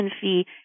fee